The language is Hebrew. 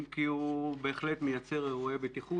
אם כי הוא בהחלט מייצר אירועי בטיחות